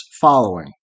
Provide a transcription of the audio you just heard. following